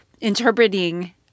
interpreting